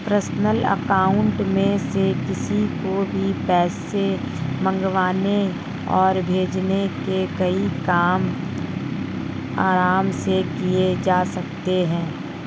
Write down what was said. personal account में से किसी को भी पैसे मंगवाने और भेजने के कई काम आराम से किये जा सकते है